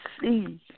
see